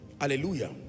Hallelujah